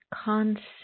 concept